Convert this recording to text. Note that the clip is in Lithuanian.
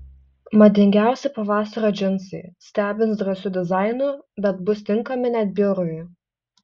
madingiausi pavasario džinsai stebins drąsiu dizainu bet bus tinkami net biurui